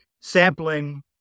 sampling